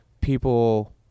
people